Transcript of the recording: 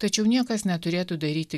tačiau niekas neturėtų daryti